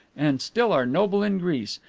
and still are noble in greece,